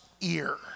ear